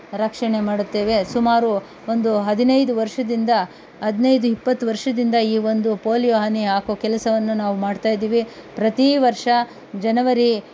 ರಕ್ಷಣೆ ಮಾಡುತ್ತೇವೆ ಸುಮಾರು ಒಂದು ಹದಿನೈದು ವರ್ಷದಿಂದ ಹದ್ನೈದು ಇಪ್ಪತ್ತು ವರ್ಷದಿಂದ ಈ ಒಂದು ಪೋಲಿಯೋ ಹನಿ ಹಾಕುವ ಕೆಲಸವನ್ನು ನಾವು ಮಾಡ್ತಾಯಿದ್ದೀವಿ ಪ್ರತಿ ವರ್ಷ ಜನವರಿ